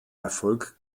erfolg